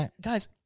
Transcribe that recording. Guys